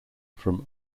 from